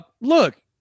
look